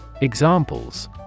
Examples